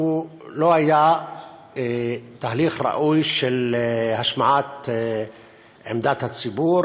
הוא לא היה תהליך ראוי של השמעת עמדת הציבור,